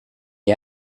est